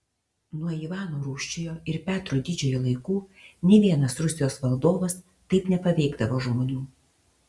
nuo ivano rūsčiojo ir petro didžiojo laikų nė vienas rusijos valdovas taip nepaveikdavo žmonių